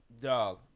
dog